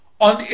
on